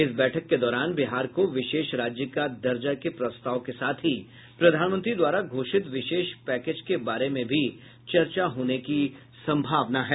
इस बैठक के दौरान बिहार को विशेष राज्य का दर्जा के प्रस्ताव के साथ ही प्रधानमंत्री द्वारा घोषित विशेष पैकेज के बारे में भी चर्चा होने की सम्भावना है